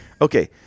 Okay